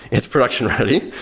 it's production ready.